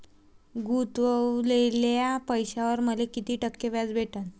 गुतवलेल्या पैशावर मले कितीक टक्के व्याज भेटन?